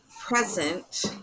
present